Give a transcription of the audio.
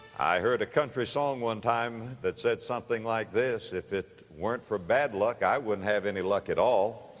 i heard a country song one time that said something like this, if it weren't for bad luck i wouldn't have any luck at all.